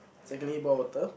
secondly boil water